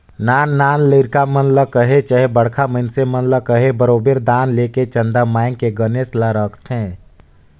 नान नान लरिका मन ल कहे चहे बड़खा मइनसे मन ल कहे बरोबेर दान लेके चंदा मांएग के गनेस ल रखथें